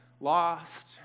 lost